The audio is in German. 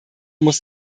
muss